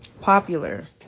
popular